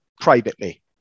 privately